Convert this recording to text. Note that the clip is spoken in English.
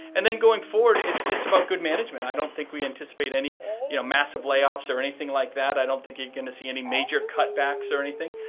and then going forward it's just about good management. i don't think we anticipate any you know massive layoffs or anything like that. i don't think you're going to see any major cutbacks or anything.